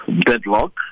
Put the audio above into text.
deadlock